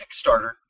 Kickstarter